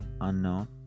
unknown